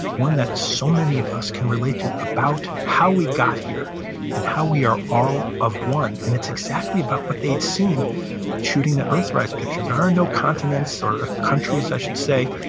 one that so many of us can relate to about how we got here and how we are all of one. and it's exactly about what they'd seen shooting that earthrise picture. there are no continents, or countries, i should say,